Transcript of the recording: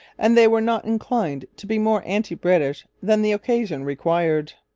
and they were not inclined to be more anti-british than the occasion required.